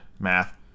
math